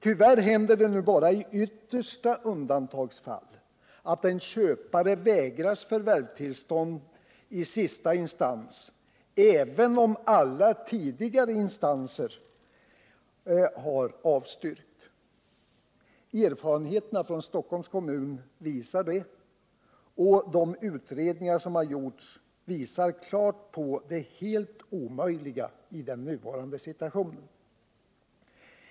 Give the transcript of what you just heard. Tyvärr händer det nu bara i yttersta undantagsfall att en köpare vägras förvärvstillstånd i sista instans även om alla tidigare instanser har avstyrkt. Erfarenheterna från Stockholms kommun visar detta, och de utredningar som har gjorts visar klart på det helt omöjliga i den nuvarande situationen.